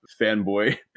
fanboy